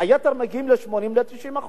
היתר מגיעים ל-80% 90%,